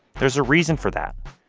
there's a reason for that.